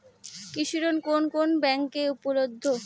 কৃষি ঋণ কোন কোন ব্যাংকে উপলব্ধ?